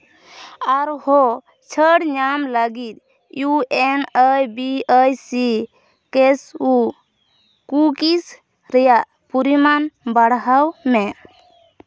ᱟᱨᱦᱚᱸ ᱪᱷᱟᱹᱲ ᱧᱟᱢ ᱞᱟᱹᱜᱤᱫ U N I B I C cashew cookies ᱨᱮᱭᱟᱜ ᱯᱚᱨᱤᱢᱟᱱ ᱵᱟᱲᱦᱟᱣ ᱢᱮ